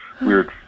weird